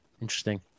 Interesting